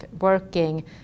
working